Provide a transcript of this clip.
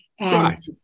Right